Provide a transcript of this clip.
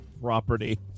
property